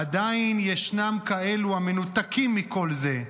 עדיין ישנם כאלו המנותקים מכל זה,